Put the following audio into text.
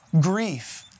grief